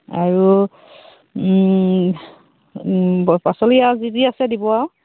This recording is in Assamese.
আৰু পাচলি আৰু যি যি আছে দিব আৰু